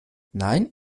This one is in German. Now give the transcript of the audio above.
nein